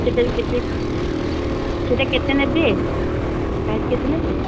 ସେଇଟା ବି କେତେ ସେଇଟା କେତେ ନେବେ ପ୍ରାଇସ୍ କେତେ ନେବେ